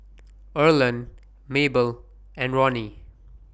Erland Mabel and Roni